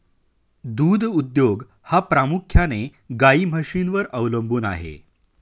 दूध उद्योग हा प्रामुख्याने गाई म्हशींवर अवलंबून आहे